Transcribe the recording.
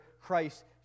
Christ